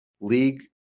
league